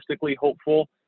hopeful